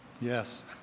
Yes